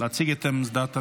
להציג את עמדת הממשלה.